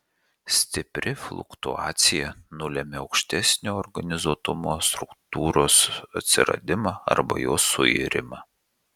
stipri fluktuacija nulemia aukštesnio organizuotumo struktūros atsiradimą arba jos suirimą